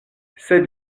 sed